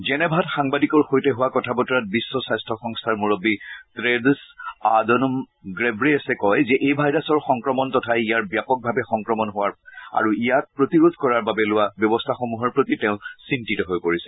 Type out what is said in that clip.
জেনেভাত সাংবাদিকৰ সৈতে হোৱা কথা বতৰাত বিশ্ব স্বাস্থ্য সংস্থাৰ মুৰববী টেড়ছ আধানম গ্ৰেব্ৰেয়েছে কয় যে এই ভাইৰাছৰ সংক্ৰমণ তথা ইয়াৰ ব্যাপকভাৱে সংক্ৰমণ হোৱাৰ আৰু ইয়াক প্ৰতিৰোধ কৰাৰ বাবে লোৱা ব্যৱস্থাসমূহৰ প্ৰতি তেওঁ চিন্তিত হৈ পৰিছে